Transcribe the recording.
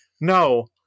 no